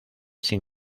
sin